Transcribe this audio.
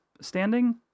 Standing